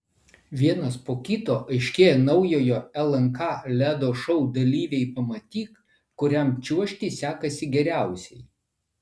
vienas po kito aiškėja naujojo lnk ledo šou dalyviai pamatyk kuriam čiuožti sekasi geriausiai